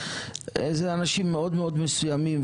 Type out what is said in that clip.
אלו אנשים מאוד מסוימים,